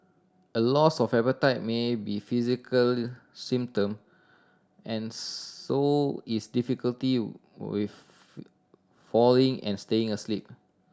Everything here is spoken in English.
a loss of appetite may be physical symptom and so is difficulty with falling and staying asleep